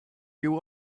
you